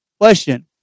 question